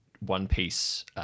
one-piece